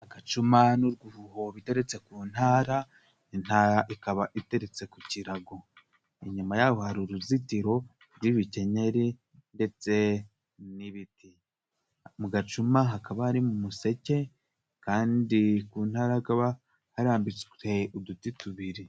Agacuma n'uruho biteretse ku ntara. Intara ikaba iteretse ku kirago, inyuma yaho hari uruzitiro rw'ibikenyeri n'ibiti, ndetse mu gacuma hakaba harimo umuseke, kandi ku ntara hakaba harambitse uduti tubiri